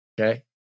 okay